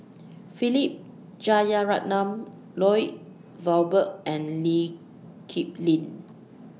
Philip Jeyaretnam Lloyd Valberg and Lee Kip Lin